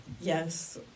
Yes